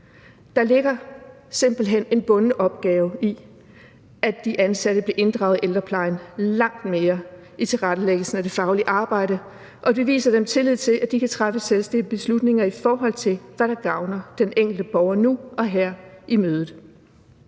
Der ligger simpelt hen en bunden opgave i, at de ansatte i ældreplejen bliver inddraget langt mere i tilrettelæggelsen af det faglige arbejde, og at vi viser dem, at vi har tillid til, at de kan træffe selvstændige beslutninger, i forhold til hvad der gavner den enkelte borger nu og her i mødet.